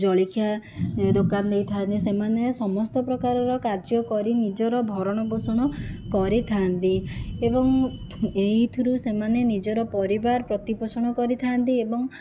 ଜଳଖିଆ ଦୋକାନ ଦେଇଥା'ନ୍ତି ସେମାନେ ସମସ୍ତ ପ୍ରକାରର କାର୍ଯ୍ୟ କରି ନିଜର ଭରଣ ପୋଷଣ କରିଥା'ନ୍ତି ଏବଂ ଏଇଥିରୁ ସେମାନେ ନିଜର ପରିବାର ପ୍ରତିପୋଷଣ କରିଥା'ନ୍ତି ଏବଂ